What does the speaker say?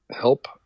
help